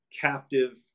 captive